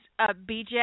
BJ